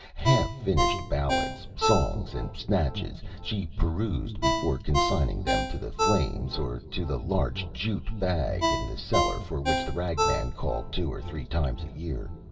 half-finished ballads, songs, and snatches she perused before consigning them to the flames or to the large jute bag in the cellar, for which the ragman called two or three times a year.